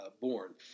born